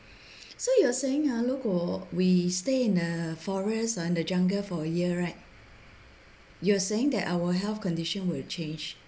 so you are saying ah 如果 we stay in a forest or a jungle for a year right you're saying that our health condition will change